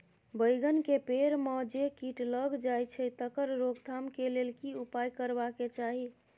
बैंगन के पेड़ म जे कीट लग जाय छै तकर रोक थाम के लेल की उपाय करबा के चाही?